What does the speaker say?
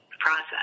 process